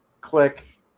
click